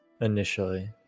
initially